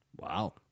Wow